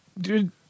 dude